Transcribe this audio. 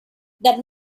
that